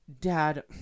dad